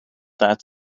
that